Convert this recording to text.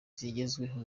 zigezweho